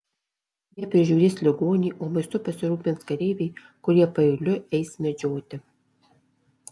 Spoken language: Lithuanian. jie prižiūrės ligonį o maistu pasirūpins kareiviai kurie paeiliui eis medžioti